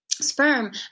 sperm